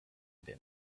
din